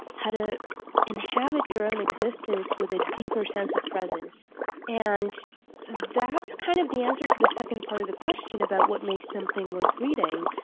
how to inhabit your own existence with a deeper sense of presence and that's kind of the answer to the second part of the question about what makes something worth reading.